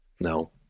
No